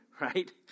Right